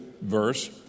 verse